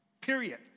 period